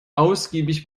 ausgiebig